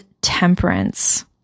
temperance